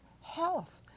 health